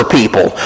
people